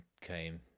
came